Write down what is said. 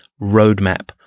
roadmap